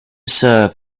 serve